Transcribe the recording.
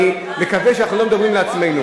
אני מקווה שאנחנו לא מדברים לעצמנו,